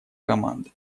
команды